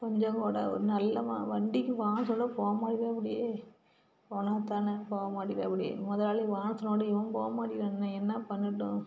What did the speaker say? கொஞ்சம்கூட ஒரு நல்லமா வண்டிக்கு வான்னு சொல்ல போ மாட்டேங்கிறாப்புடி போனால்தானே போகமாட்டிக்கிறாப்புடி மொதல் நாள் வான்னு சொன்னால் கூட இவன் போக மாட்டேங்கிறானே நான் என்ன பண்ணட்டும்